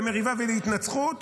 למריבה ולהתנצחות,